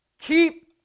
Keep